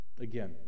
again